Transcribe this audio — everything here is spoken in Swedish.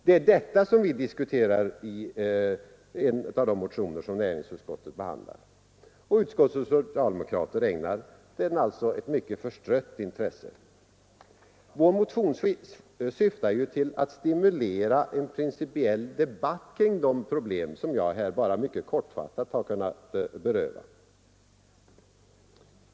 Det är detta som vi diskuterar i en av de motioner som näringsutskottet behandlat. Utskottets socialdemokrater ägnar den ett mycket förstrött intresse. Vår motion sysslar ju med en principiell debatt kring det problem som jag här bara mycket kortfattat har kunnat beröra.